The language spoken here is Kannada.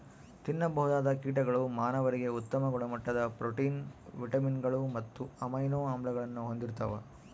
ತಿನ್ನಬಹುದಾದ ಕೀಟಗಳು ಮಾನವರಿಗೆ ಉತ್ತಮ ಗುಣಮಟ್ಟದ ಪ್ರೋಟೀನ್, ವಿಟಮಿನ್ಗಳು ಮತ್ತು ಅಮೈನೋ ಆಮ್ಲಗಳನ್ನು ಹೊಂದಿರ್ತವ